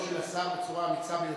לאור עמידתו של השר בצורה אמיצה ביותר,